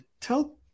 tell